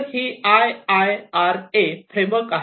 तर ही I I R A framework आहे